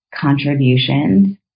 contributions